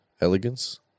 elegance